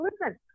listen